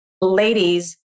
ladies